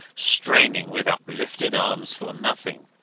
straining with uplifted arms for nothing